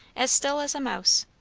as still as a mouse.